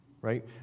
right